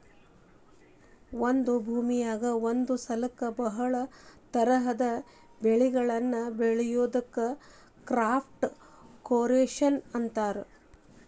ಒಂದ ಭೂಮಿಯಾಗ ಒಂದ ಸಲಕ್ಕ ಬಹಳ ತರಹದ ಬೆಳಿಗಳನ್ನ ಬೆಳಿಯೋದಕ್ಕ ಕ್ರಾಪ್ ರೊಟೇಷನ್ ಅಂತಾರ